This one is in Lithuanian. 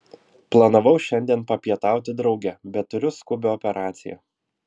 planavau šiandien papietauti drauge bet turiu skubią operaciją